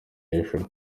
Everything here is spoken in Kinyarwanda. hejuru